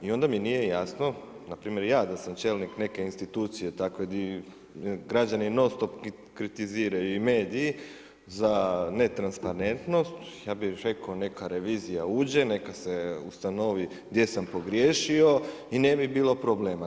I onda mi nije jasno, na primjer ja da sam čelnik neke institucije takve gdje građani non stop kritiziraju i mediji za netransparentnost ja bih rekao neka revizija uđe, neka se ustanovi gdje sam pogriješio i ne bi bilo problema.